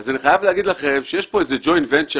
אני חייב לומר לכם שיש כאן איזה ג'וינט ונצ'ר